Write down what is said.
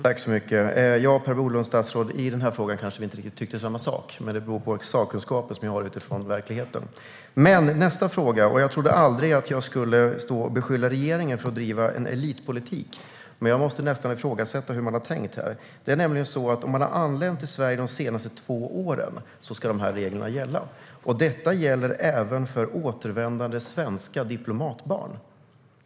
Herr talman! Ja, Per Bolund, statsråd! I den här frågan kanske vi inte tycker riktigt samma sak, men det beror på sakkunskapen som jag har utifrån verkligheten. Men vidare till nästa fråga. Jag trodde aldrig att jag skulle stå och beskylla regeringen för att driva en elitpolitik, men jag måste ifrågasätta hur man har tänkt här. Det är nämligen så att om man har anlänt till Sverige de senaste två åren ska de här reglerna gälla. Detta gäller även för återvändande svenska diplomaters barn.